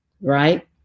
right